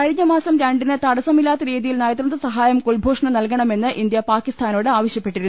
കഴിഞ്ഞമാസം രണ്ടിന് തടസ്സമില്ലാത്ത രീതിയിൽ നയതന്ത്രസ ഹായം കുൽഭൂഷണ് നൽകണമെന്ന് ഇന്ത്യ പാക്കിസ്ഥാനോട് ആവശ്യപ്പെട്ടിരുന്നു